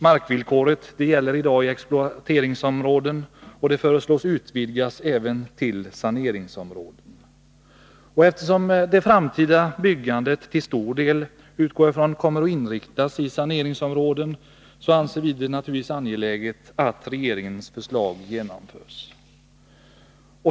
Markvillkoret gäller i dag i exploateringsområden, och det föreslås bli utvidgat även till saneringsområden. Eftersom det framtida byggandet till stor del — utgår jag från — kommer att inriktas på saneringsområden, anser vi det naturligtvis angeläget att regeringens förslag genomförs.